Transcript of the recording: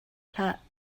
hlah